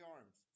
Arms